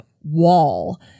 wall